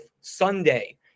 Sunday